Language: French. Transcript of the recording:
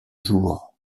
jour